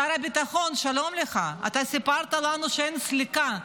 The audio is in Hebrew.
שר הביטחון, שלום לך, אתה סיפרת לנו שאין סליקה.